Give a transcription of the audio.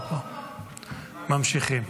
ממשיכים.